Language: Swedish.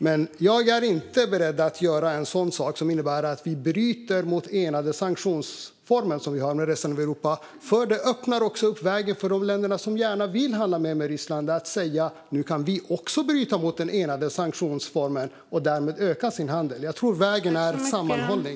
Men jag är inte beredd att göra en sådan sak, som skulle innebära att vi bryter mot den enade sanktionsform vi har tillsammans med resten av Europa, för det skulle också öppna för de länder som gärna vill handla mer med Ryssland att säga: Nu kan vi också bryta mot den enade sanktionsformen. De skulle därmed kunna öka sin handel. Jag tror att vägen är sammanhållning.